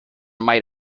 might